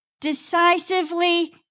decisively